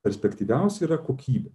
perspektyviausia yra kokybė